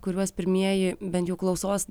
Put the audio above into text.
kuriuos pirmieji bent jau klausos